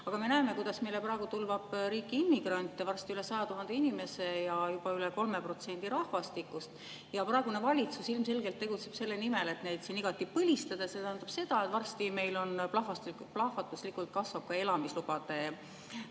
aga me näeme, kuidas meile praegu tulvab riiki immigrante, [keda on] varsti üle 100 000 [ehk] juba üle 3% rahvastikust. Ja praegune valitsus ilmselgelt tegutseb selle nimel, et neid siin igati põlistada. See tähendab seda, et varsti meil plahvatuslikult kasvab ka elamislubade